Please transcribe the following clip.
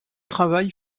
travail